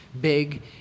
big